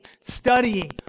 studying